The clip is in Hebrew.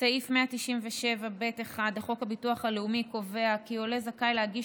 סעיף 197ב(1) לחוק הביטוח הלאומי קובע כי עולה זכאי להגיש